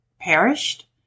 perished